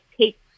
take